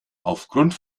aufgrund